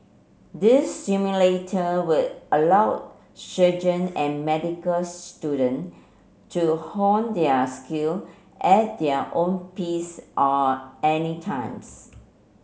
these simulator would allow surgeon and medical student to hone their skill at their own peace are any times